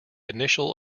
initial